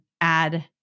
add